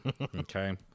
okay